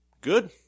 Good